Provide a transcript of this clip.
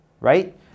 right